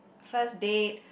first date